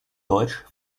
deutsch